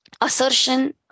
assertion